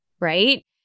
Right